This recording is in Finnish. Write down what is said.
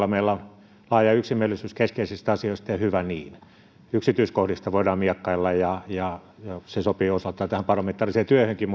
puolella meillä on laaja yksimielisyys keskeisistä asioista ja hyvä niin yksityiskohdista voidaan miekkailla ja ja se sopii osaltaan tähän parlamentaariseen työhönkin